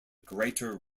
greater